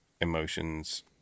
emotions